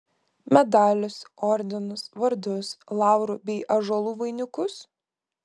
medalius ordinus vardus laurų bei ąžuolų vainikus